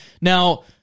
Now